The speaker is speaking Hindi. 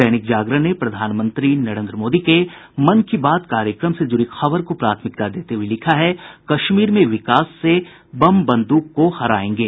दैनिक जागरण ने प्रधानमंत्री नरेन्द्र मोदी के मन की बात कार्यक्रम से जुड़ी खबर को प्राथमिकता देते हुये लिखा है कश्मीर में विकास से बम बंद्रक को हरायेंगे